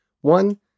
One